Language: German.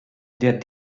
der